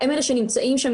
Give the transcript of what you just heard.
הם אלה שנמצאים שם,